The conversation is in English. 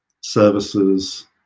services